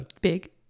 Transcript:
Big